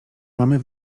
mamy